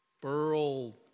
Burl